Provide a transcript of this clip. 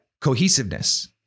Cohesiveness